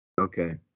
Okay